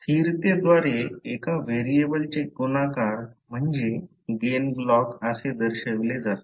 स्थिरतेद्वारे एका व्हेरिएबलचे गुणाकार म्हणजे गेन ब्लॉक असे दर्शविले जाते